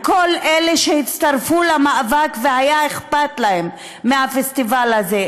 לכל אלה שהצטרפו למאבק והיה אכפת להם מהפסטיבל הזה,